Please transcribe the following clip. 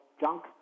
junk